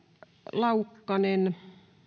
laukkanen